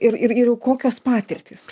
ir ir ir jau kokios patirtys